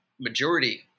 majority